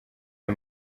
aya